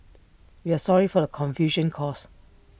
we are sorry for the confusion caused